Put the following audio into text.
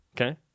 Okay